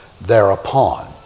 thereupon